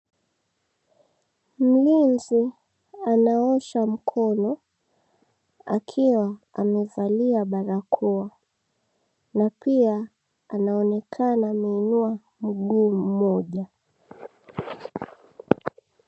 Mlinzi anaosha mkono, akiwa amevalia barakoa na pia anaonekana ameinua mguu mmoja.